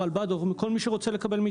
הרלב"ד או כל מי שרוצה לקבל מאתנו את הנתונים.